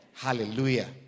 hallelujah